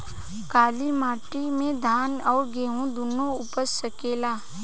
काली माटी मे धान और गेंहू दुनो उपज सकेला?